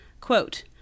Quote